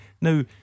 Now